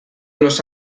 los